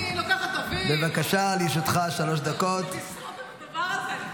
אני לוקחת אוויר כדי לשרוד את הדבר הזה.